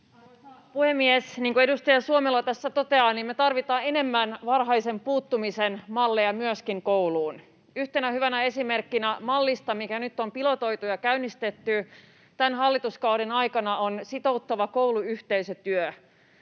Arvoisa puhemies! Niin kuin edustaja Suomela tässä toteaa, me tarvitaan enemmän varhaisen puuttumisen malleja myöskin kouluun. Yhtenä hyvänä esimerkkinä mallista, mikä nyt on pilotoitu ja käynnistetty tämän hallituskauden aikana, on sitouttava kouluyhteisötyö,